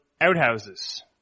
outhouses